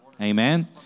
Amen